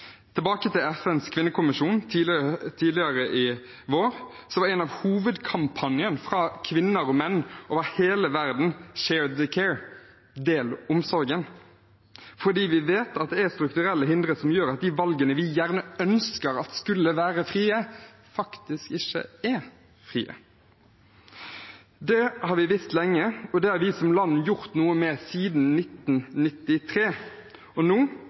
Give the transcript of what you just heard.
Tilbake til FNs kvinnekommisjon: Tidligere i vår var en av hovedkampanjene fra kvinner og menn over hele verden Share the Care – del omsorgen – fordi vi vet at det er strukturelle hindre som gjør at de valgene vi gjerne ønsker skulle være frie, faktisk ikke er frie. Det har vi visst lenge, og det har vi som land gjort noe med siden 1993. Og nå,